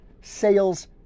sales